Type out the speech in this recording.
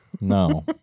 No